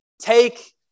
take